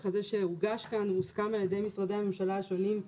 הזה שהוגש כאן הוסכם על ידי משרדי הממשלה השונים,